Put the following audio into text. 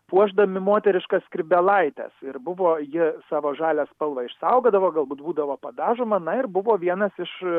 puošdami moteriškas skrybėlaites ir buvo ji savo žalią spalvą išsaugodavo galbūt būdavo padažoma na ir buvo vienas iš